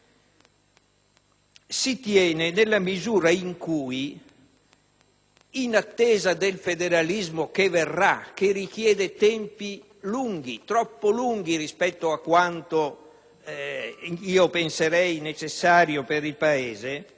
si tiene nella misura in cui, in attesa del federalismo che verrà e che richiede tempi lunghi, troppo lunghi rispetto a quanto io penserei necessario per il Paese,